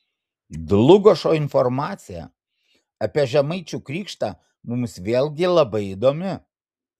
dlugošo informacija apie žemaičių krikštą mums vėlgi labai įdomi